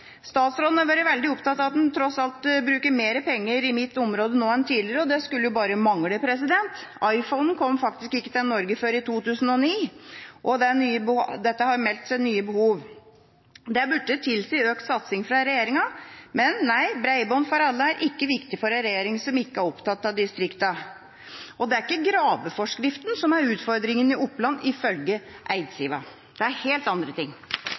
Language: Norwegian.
Statsråden har vært veldig opptatt av at han tross alt bruker mer penger i mitt område nå enn tidligere, og det skulle bare mangle. iPhone kom faktisk ikke til Norge før i 2009, og det har meldt seg nye behov. Det burde tilsi økt satsing fra regjeringa, men nei, bredbånd for alle er ikke viktig for en regjering som ikke er opptatt av distriktene. Det er ikke graveforskriften som er utfordringen i Oppland, ifølge Eidsiva. Det er helt andre ting.